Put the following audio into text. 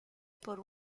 por